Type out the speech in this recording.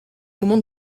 moment